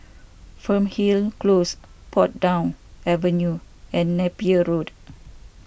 Fernhill Close Portsdown Avenue and Napier Road